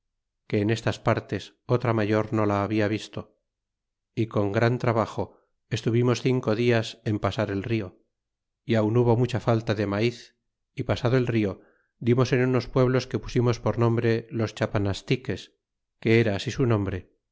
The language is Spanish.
que en estas partes otra mayor no la habia visto y con gran trabajo estuvimos cinco dias en pa dar el rio y aun hubo mucha falta de maiz cé pasado el rio dimos en nnos pueblos que pusimes por nombre los chapanastiques que era mi sis nombres